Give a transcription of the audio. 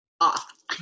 off